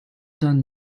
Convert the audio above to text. done